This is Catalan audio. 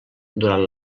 durant